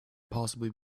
possibly